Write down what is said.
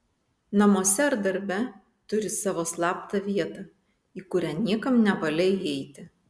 namuose ar darbe turi savo slaptą vietą į kurią niekam nevalia įeiti